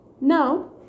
Now